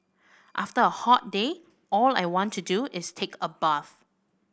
after a hot day all I want to do is take a bath